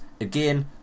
Again